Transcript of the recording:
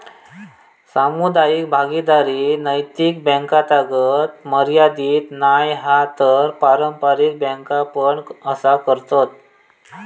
सामुदायिक भागीदारी नैतिक बॅन्कातागत मर्यादीत नाय हा तर पारंपारिक बॅन्का पण असा करतत